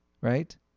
right